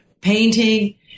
painting